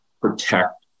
protect